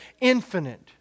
infinite